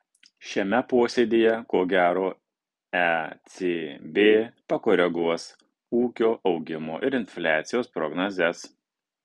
šiame posėdyje ko gero ecb pakoreguos ūkio augimo ir infliacijos prognozes